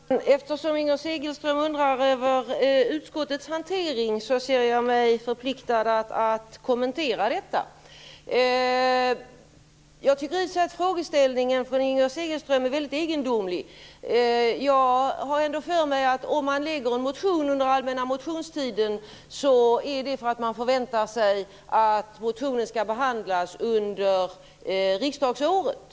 Herr talman! Eftersom Inger Segelström undrade över utskottets hantering ser jag mig förpliktad att kommentera denna. Jag tycker i och för sig att Inger Segelströms frågeställning är egendomlig. Jag har för mig att om man väcker en motion under allmänna motionstiden förväntar man sig att den skall behandlas under riksdagsåret.